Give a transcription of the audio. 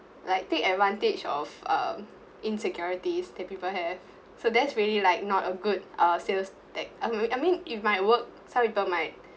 like take advantage of um insecurities that people have so that's really like not a good uh sales tec~ um I'm I mean it might work some people might